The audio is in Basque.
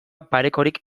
parekorik